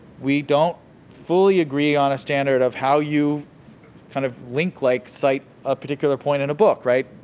we don't fully agree on a standard of how you kind of link like cite a particular point in a book, right?